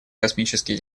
космические